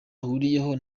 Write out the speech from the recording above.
ahuriyeho